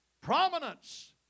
prominence